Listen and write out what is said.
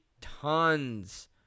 tons